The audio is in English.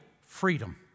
freedom